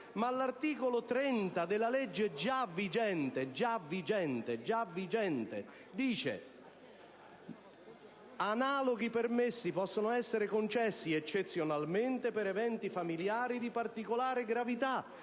l'articolo 30 della legge già vigente prevede che analoghi permessi possono essere concessi, eccezionalmente, per eventi familiari di particolare gravità.